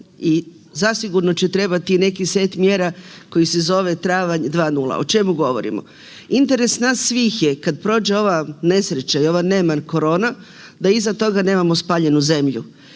i zasigurno će trebati i neki set mjera koji se zove travanj 2 0. O čemu govorimo? Interes nas svih je kad prođe ova nesreća i ova neman korona da iza toga nemamo spaljenu zemlju.